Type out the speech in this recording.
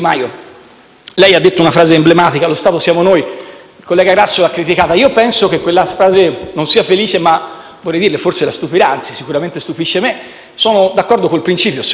Maio ha detto una frase emblematica: «Lo Stato siamo noi». Il collega Grasso l'ha criticata. Io non credo che quella frase sia felice, ma vorrei dirle - forse la stupirò e sicuramente stupisce me - che sono d'accordo con il principio, se l'ho capito.